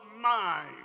mind